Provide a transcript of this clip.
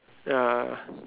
ya